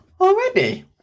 Already